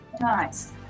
Nice